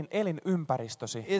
elinympäristösi